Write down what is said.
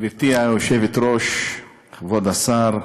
גברתי היושבת-ראש, כבוד השר,